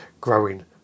growing